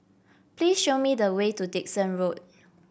please show me the way to Dickson Road